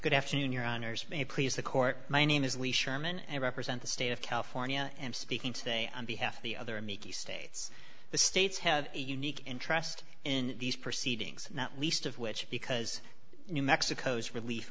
good afternoon your honors may please the court my name is lee sherman and represent the state of california and speaking today on behalf of the other miki states the states have a unique interest in these proceedings not least of which because you mexico's relief